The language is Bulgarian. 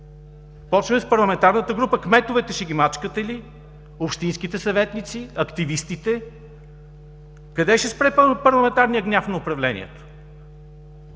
мачкаме, с парламентарната ли група почваме? Кметовете ще ги мачкате ли, общинските съветници, активистите? Къде ще спре парламентарният гняв на управлението?